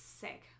sick